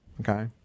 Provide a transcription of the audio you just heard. Okay